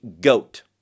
goat